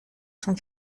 cent